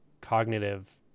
cognitive